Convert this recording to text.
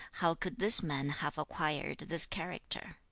how could this man have acquired this character